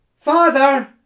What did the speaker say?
Father